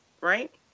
right